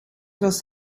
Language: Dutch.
was